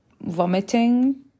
vomiting